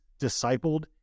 discipled